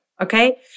okay